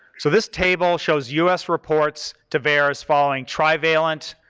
so this table shows us reports to vaers following trivalent,